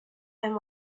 and